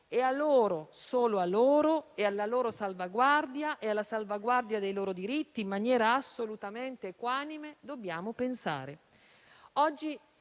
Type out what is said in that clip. e a loro, solo a loro, alla loro salvaguardia e alla salvaguardia dei loro diritti in maniera assolutamente equanime dobbiamo pensare.